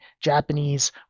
Japanese